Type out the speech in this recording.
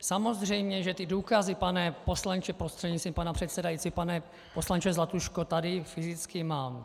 Samozřejmě že ty důkazy, pane poslanče, prostřednictvím pana předsedajícího pane poslanče Zlatuško, tady fyzicky mám.